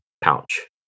pouch